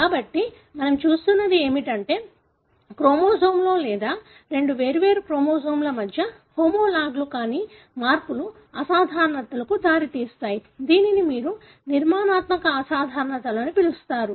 కాబట్టి మనము చూస్తున్నది ఏమిటంటే క్రోమోజోమ్లో లేదా రెండు వేర్వేరు క్రోమోజోమ్ల మధ్య హోమోలాగ్లు కాని మార్పులు అసాధారణతలకు దారితీస్తాయి దీనిని మీరు నిర్మాణాత్మక అసాధారణతలు అని పిలుస్తారు